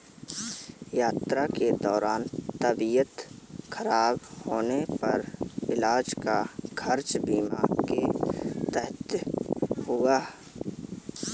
यात्रा के दौरान तबियत खराब होने पर इलाज का खर्च बीमा के तहत हुआ